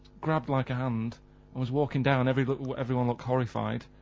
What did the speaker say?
grabbed like a hand, and was walkin' down, everyone everyone looked horrified,